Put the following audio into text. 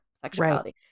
sexuality